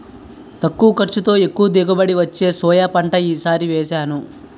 తక్కువ ఖర్చుతో, ఎక్కువ దిగుబడి వచ్చే సోయా పంట ఈ సారి వేసాను